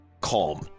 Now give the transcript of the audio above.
calm